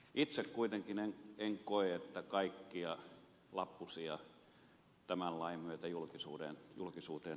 itse kuitenkaan en koe että kaikkia lappusia tämän lain myötä julkisuuteen tuodaan